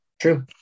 True